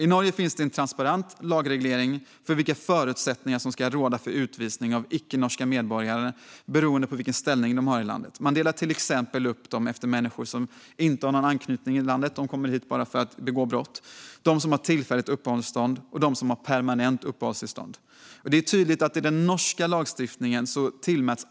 I Norge finns det transparent lagreglering för vilka förutsättningar som ska råda för utvisning av icke-norska medborgare beroende på ställning i landet. Man delar till exempel upp dem efter de som inte har någon anknytning till landet, som kommer dit bara för att begå brott, de som har tillfälligt uppehållstillstånd och de som har permanent uppehållstillstånd. Det är tydligt att anknytningen i den norska lagstiftningen tillmäts